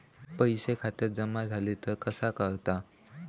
पैसे खात्यात जमा झाले तर कसा कळता?